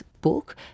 book